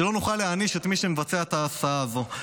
כדי שלא נוכל להעניש את מי שמבצע את ההסעה הזאת.